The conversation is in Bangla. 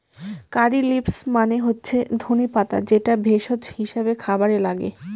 কারী লিভস মানে হচ্ছে ধনে পাতা যেটা ভেষজ হিসাবে খাবারে লাগে